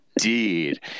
indeed